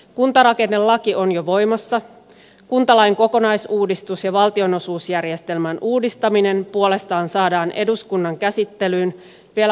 kuntarakennelaki on jo voimassa kuntalain kokonaisuudistus ja valtionosuusjärjestelmän uudistaminen puolestaan saadaan eduskunnan käsittelyyn vielä hallituskauden aikana